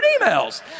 emails